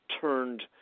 turned